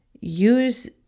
Use